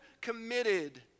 committed